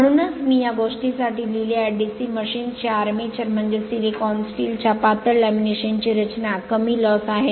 म्हणूनच मी या गोष्टीसाठी लिहिले आहे DC मशीन्स ची आर्मेचर म्हणजे सिलिकॉन स्टील च्या पातळ लॅमिनेशनची रचना कमी तोटा आहे